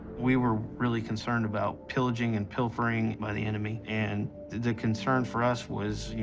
we were really concerned about pillaging and pilfering by the enemy, and the concern for us was, you